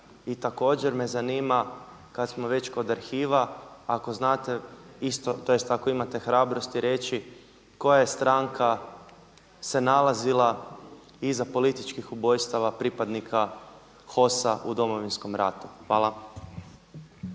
I također me zanima, kada smo već kod arhiva ako znate isto tj. ako imate hrabrosti reći, koja je stranka se nalazila iza političkih ubojstava pripadnika HOS-a u Domovinskom ratu. Hvala.